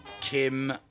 Kim